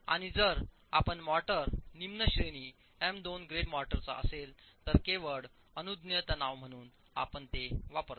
आणि जर आपण मोर्टार निम्न श्रेणी एम 2 ग्रेड मोर्टारचा असेल तर केवळ अनुज्ञेय तणाव म्हणून आपण ते वापरता